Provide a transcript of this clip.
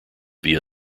via